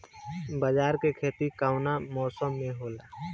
बाजरा के खेती कवना मौसम मे होला?